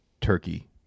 turkey